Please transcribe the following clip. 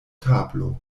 tablo